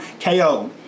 ko